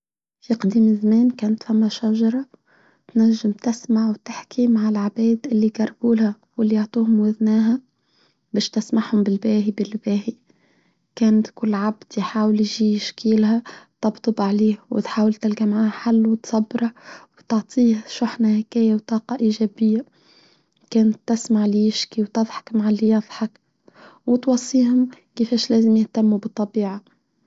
في قديم الزمان كانت فم شجرة نجم تسمع وتحكي مع العباد اللي جربولها واللي يعطوهم وذناها باش تسمعهم بالباهي بالباهي كانت كل عبدي حاول يجي يشكيلها تبطب عليه ودحاول تلجمعها حل وتصبرها وتعطيها شحنة هكاية وطاقة إيجابية كانت تسمع ليشكي وتضحك مع اللي يضحك وتوصيهم كيفاش لازم يهتموا بالطبيعة.